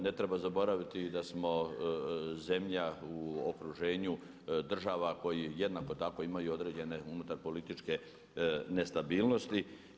Ne treba zaboraviti i da smo zemlja u okruženju država koji jednako tako imaju određene unutar političke nestabilnosti.